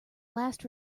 last